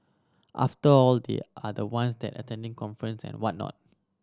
after all they are the ones that attending conference and whatnot